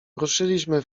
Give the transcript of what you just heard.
ruszyliśmy